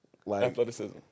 Athleticism